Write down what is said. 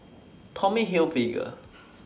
Tommy Hilfiger